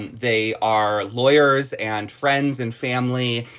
they are lawyers and friends and family.